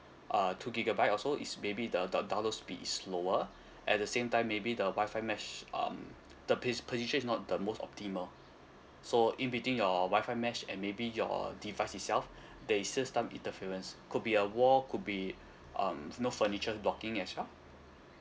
uh two gigabyte also is maybe the don~ download speed is slower at the same time maybe the wifi mesh um the pis~ position is not the most optimal so in between your wifi mesh and maybe your device itself there is just some interference could be a wall could be um know furniture blocking as well